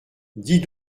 dis